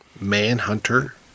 Manhunter